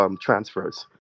transfers